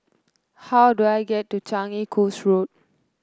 how do I get to Changi Coast Road